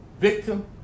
Victim